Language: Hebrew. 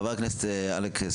חבר הכנסת אלכס